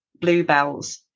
bluebells